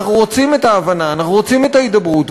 אנחנו רוצים את ההבנה, אנחנו רוצים את ההידברות.